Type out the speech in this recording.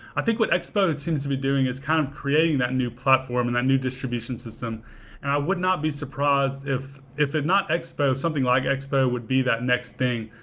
i think what expo seems to be doing is kind of creating that new platform and that new distribution system, and i would not be surprised if if not expo, something like expo, would be that next thing,